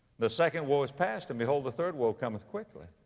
the second woe is past and, behold, the third woe cometh quickly.